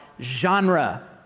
genre